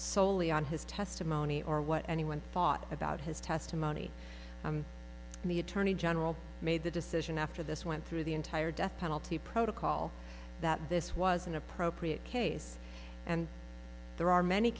solely on his testimony or what anyone thought about his testimony the attorney general made the decision after this went through the entire death penalty protocol that this was an appropriate case and there are many